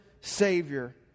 Savior